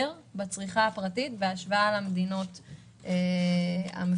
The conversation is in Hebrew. בצריכה הפרטית בהשוואה למדינות המפותחות.